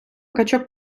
качок